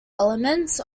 elements